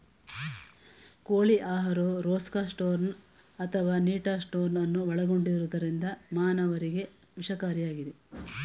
ಕೋಳಿ ಆಹಾರವು ರೊಕ್ಸಾರ್ಸೋನ್ ಅಥವಾ ನಿಟಾರ್ಸೋನ್ ಅನ್ನು ಒಳಗೊಂಡಿರುವುದರಿಂದ ಮಾನವರಿಗೆ ವಿಷಕಾರಿಯಾಗಿದೆ